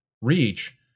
reach